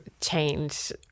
change